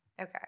Okay